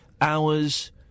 hours